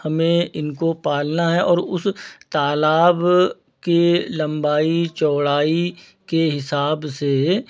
हमें इनको पालना है और उस तालाब की लंबाई चौड़ाई के हिसाब से